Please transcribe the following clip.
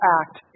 act